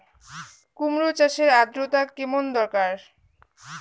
কুমড়ো চাষের আর্দ্রতা কেমন দরকার?